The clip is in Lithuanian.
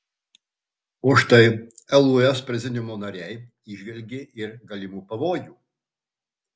o štai lūs prezidiumo nariai įžvelgė ir galimų pavojų